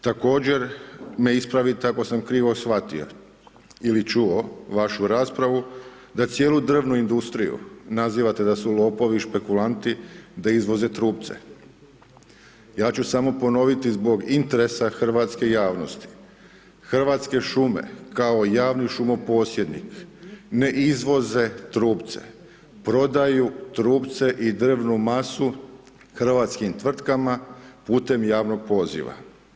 Također me ispravite ako sam krivo shvatio ili čuo vašu raspravu, da cijelu drvnu industriju nazivate da su lopovi, špekulanti, da izvoze trupce, ja ću samo ponoviti zbog interesa hrvatske javnosti, Hrvatske šume kao javni šumoposjednik ne izvoze trupce, prodaju trupce i drvnu masu hrvatskim tvrtkama putem javnog poziva.